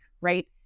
right